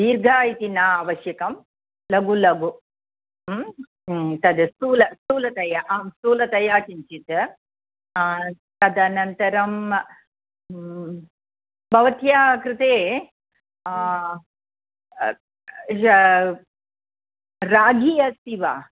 दीर्घा इति नावश्यकं लघु लघु तद् स्थूल स्थूलतया आं स्थूलतया किञ्चित् तदनन्तरं भवत्याः कृते र रागी अस्ति वा